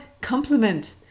compliment